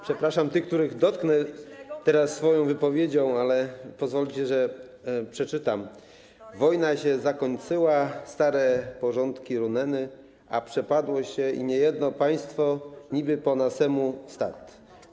Przepraszam tych, których dotknę teraz swoją wypowiedzią, ale pozwolicie, że przeczytam: „Wojna się zakóńcyła, stare porzondki runeny, a przepadło sie i niejedno państwo, niby po nasemu śtat.